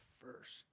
first